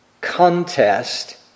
contest